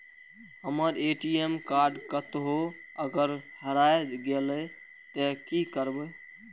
हमर ATM card कतहो अगर हेराय गले ते की करबे?